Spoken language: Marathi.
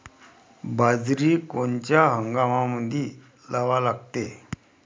बाजरी कोनच्या हंगामामंदी लावा लागते?